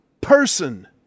person